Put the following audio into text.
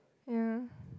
ya